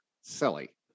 Silly